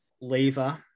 Lever